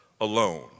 alone